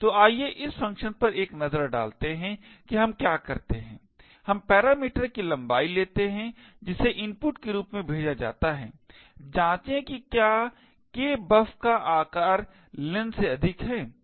तो आइए इस फ़ंक्शन पर एक नज़र डालते हैं कि हम क्या करते हैं हम पैरामीटर की लंबाई लेते हैं जिसे इनपुट के रूप में भेजा जाता है जांचें कि क्या kbuf का आकार len से अधिक है